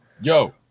yo